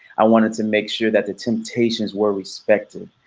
i wanted to make sure that the temptations were respected.